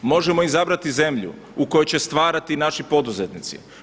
Možemo izabrati zemlju u kojoj će stvarati naši poduzetnici.